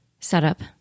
Setup